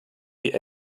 die